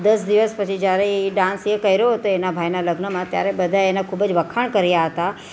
દસ દિવસ પછી જ્યારે એ ડાન્સ એ કર્યો તો એના ભાઈનાં લગ્નમાં ત્યારે બધાએ એનાં ખૂબ જ વખાણ કર્યાં હતા